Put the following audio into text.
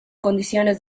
condiciones